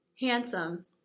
Handsome